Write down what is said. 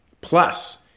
Plus